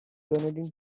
donating